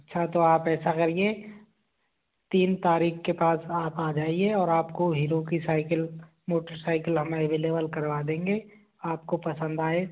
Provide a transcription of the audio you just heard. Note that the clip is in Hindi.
अच्छा तो आप ऐसा करिए तीन तारीख के पास आप आ जाइए और आपको हीरो की साइकिल मोटर साइकिल हम एवैलेबल करवा देंगे आपको पसंद आए